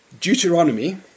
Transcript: Deuteronomy